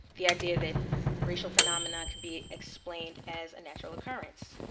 the idea that racial phenomena can be explained as a natural occurrence.